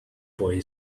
boy